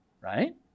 right